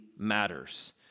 matters